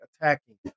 attacking